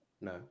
No